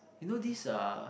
you know this uh